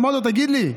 אמרתי לו: תגיד לי,